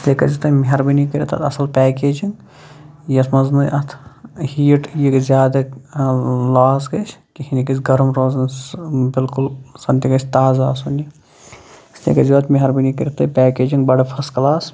اس لیے کٔرِزیٚو تُہۍ مہربٲنی کٔرِتھ اَتھ اَصٕل پٮ۪کیجِنٛگ یَتھ منٛز نہٕ اَتھ ہیٖڈ یہِ گژھِ زیادٕ لاس گژھِ کِہیٖنۍ یہِ گژھِ گرم روزُن سٔہ بِلکُل زَنٛتہِ گژھِ تازٕ آسُن یہِ اس لیے کٔرِزیٚو اَتھ مہربٲنی کٔرِتھ تُہۍ پٮ۪کیجِنٛگ بَڑٕ فٔسٹ کلاس